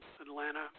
Atlanta